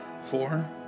Four